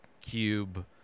cube